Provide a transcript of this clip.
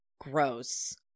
Gross